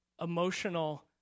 emotional